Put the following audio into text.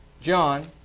John